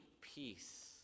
peace